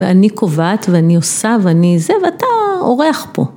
ואני קובעת ואני עושה ואני זה ואתה עורך פה.